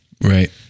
Right